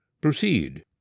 Proceed